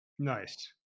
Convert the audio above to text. Nice